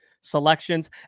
selections